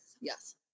Yes